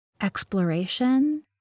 exploration